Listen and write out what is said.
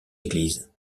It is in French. église